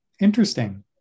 interesting